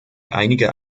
einige